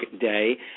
Day